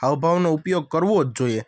હાવભાવનો ઉપયોગ કરવો જ જોઈએ